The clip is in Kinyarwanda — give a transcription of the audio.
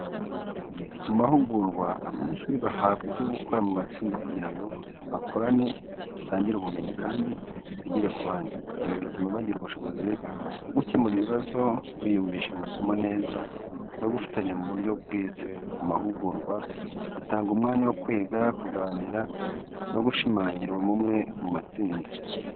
Mu mahugurwa, abanyeshuri bahabwa ibyo gukora mu matsinda kugira ngo bakorane basangire ubumenyi, kandi bigire ku bandi. Ibi bituma bagira ubushobozi bwo gukemura ibibazo, kwiyumvisha amasomo neza no gufatanya mu buryo bwiza. Amahugurwa atanga umwanya wo kwiga, kuganira no gushimangira ubumwe mu matsinda.